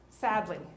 sadly